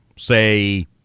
say